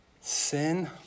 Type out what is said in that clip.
Sin